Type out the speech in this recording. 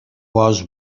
was